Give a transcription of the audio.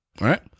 right